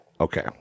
Okay